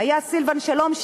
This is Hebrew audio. סילבן שלום,